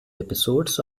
episodes